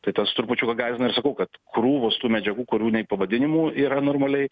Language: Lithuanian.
tai tas trupučiuką gąsdina ir sakau kad krūvos tų medžiagų kurių nei pavadinimų yra normaliai